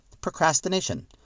procrastination